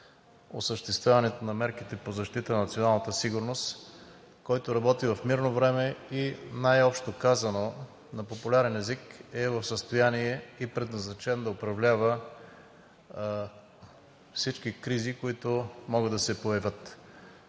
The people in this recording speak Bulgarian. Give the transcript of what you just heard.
осъществяването на мерките по защита на националната сигурност, който работи в мирно време и най-общо казано на популярен език е в състояние и предназначен да управлява всички кризи, които могат да се появят.